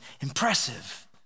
impressive